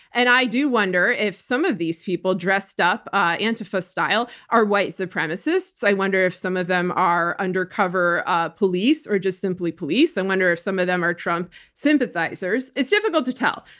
and i do wonder if some of these people dressed up antifa-style are white supremacists. i wonder if some of them are undercover ah police or just simply police. i wonder if some of them are trump sympathizers. it's difficult to tell.